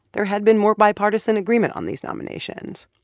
there had been more bipartisan agreement on these nominations.